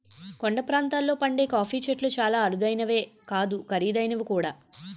కొండ ప్రాంతాల్లో పండే కాఫీ చెట్లు చాలా అరుదైనవే కాదు ఖరీదైనవి కూడా